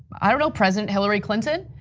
i don't know, president hilary clinton?